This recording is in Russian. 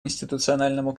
институциональному